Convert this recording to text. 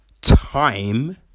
Time